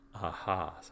Aha